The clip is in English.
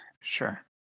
Sure